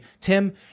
Tim